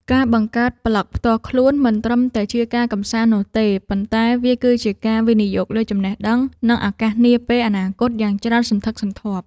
ការបង្កើតប្លក់ផ្ទាល់ខ្លួនមិនត្រឹមតែជាការកម្សាន្តនោះទេ ប៉ុន្តែវាគឺជាការវិនិយោគលើចំណេះដឹង និងឱកាសនាពេលអនាគតយ៉ាងច្រើនសន្ធឹកសន្ធាប់